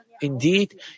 Indeed